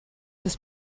des